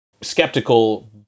skeptical